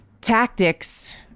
tactics